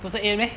不是 eight meh